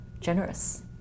generous